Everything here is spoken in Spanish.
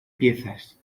piezas